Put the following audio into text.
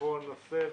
בכל נושא,